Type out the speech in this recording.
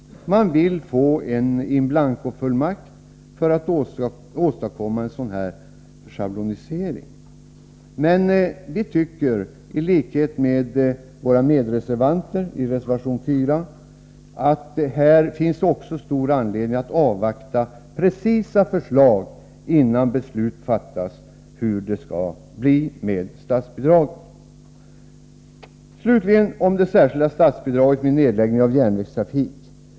Man vill få en in blanco-fullmakt för att åstadkomma en schablonisering. Men vi tycker, i likhet med våra medreservanter i reservation 4, att det här också finns stor anledning att avvakta precisa förslag innan beslut fattas om hur det skall bli med statsbidragen. Slutligen något om det särskilda statsbidraget till nedläggning av järnvägstrafik.